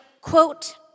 Quote